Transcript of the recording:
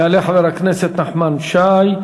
יעלה חבר הכנסת נחמן שי,